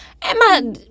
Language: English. Emma